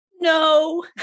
No